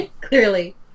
Clearly